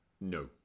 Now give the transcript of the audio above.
No